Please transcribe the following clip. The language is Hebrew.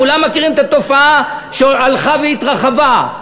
כולם מכירים את התופעה שהלכה והתרחבה.